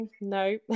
no